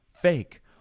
fake